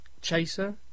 chaser